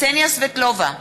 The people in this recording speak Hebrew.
קסניה סבטלובה,